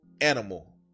animal